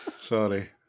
Sorry